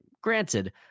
Granted